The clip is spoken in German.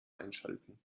einschalten